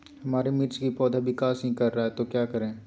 हमारे मिर्च कि पौधा विकास ही कर रहा है तो क्या करे?